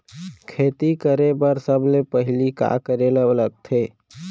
खेती करे बर सबले पहिली का करे ला लगथे?